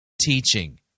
teaching